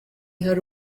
hari